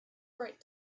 bright